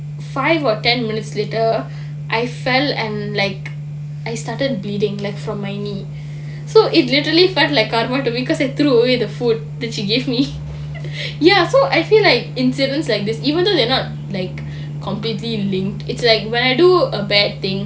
five or ten minutes later I fell and like I started bleeding like from my knee so it literally felt like karma to me because I threw away the food that she give me ya so I feel like incidents like this even though they're not like completely linked it's like when I do a bad thing